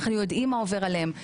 אנחנו יודעים מה עובר עליהם,